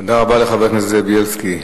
תודה רבה לחבר הכנסת זאב בילסקי.